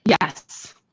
Yes